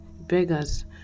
Beggars